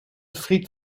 friet